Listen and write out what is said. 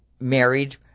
married